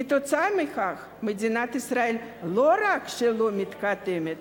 כתוצאה מכך מדינת ישראל לא רק שלא מתקדמת